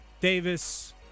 Davis